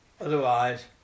Otherwise